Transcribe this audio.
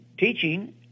teaching